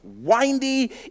windy